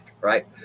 right